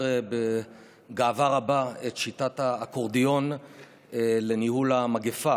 בגאווה רבה את שיטת האקורדיון לניהול המגפה,